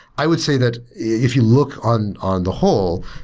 i would say that if you look on on the whole,